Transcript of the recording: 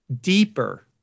deeper